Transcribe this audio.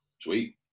Sweet